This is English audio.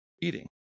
eating